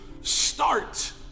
start